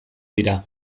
dira